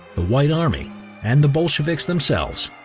the white army and the bolsheviks themselves,